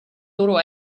loro